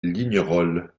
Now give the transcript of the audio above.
lignerolles